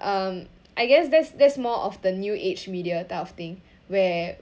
um I guess that's that's more of the new age media type of thing where